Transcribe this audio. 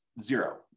zero